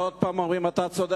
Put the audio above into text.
עוד פעם אומרים אתה צודק,